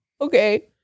okay